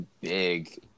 big